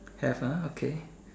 have ah okay